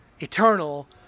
Eternal